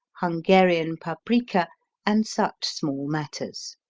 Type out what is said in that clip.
hungarian-paprika and such small matters.